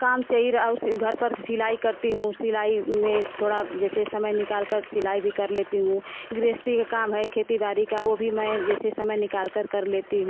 काम से ही और घर पर सिलाई करती हूँ सिलाई में थोड़ा जैसे समय निकाल कर सिलाई भी कर लेती हूँ गृहस्थी का काम है खेती बाड़ी का वो भी मैं जैसे समय निकाल कर लेती हूँ